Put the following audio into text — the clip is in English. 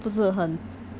不是 like